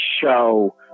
show